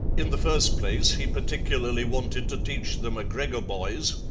in the first place, he particularly wanted to teach the macgregor boys,